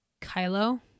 kylo